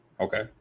Okay